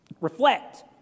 reflect